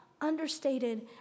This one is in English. understated